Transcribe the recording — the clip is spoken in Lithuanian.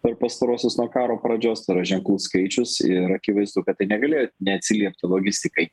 per pastaruosius nuo karo pradžios ženklus skaičius ir akivaizdu kad tai negalėjo neatsiliepti logistikai